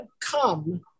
come